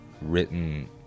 written